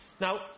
Now